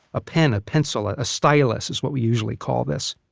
a pen, a pencil, ah a stylus is what we usually call this.